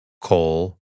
coal